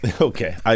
Okay